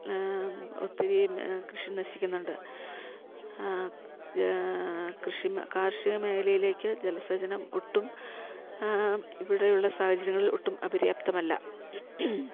ഒത്തിരി കൃഷി നശിക്കുന്നുണ്ട് കൃഷി കാർഷിക മേഖലയിലേക്ക് ജലസേചനം ഒട്ടും ഇവിടെയുള്ള സാഹചര്യങ്ങളിൽ ഒട്ടും അപര്യാപ്തമല്ല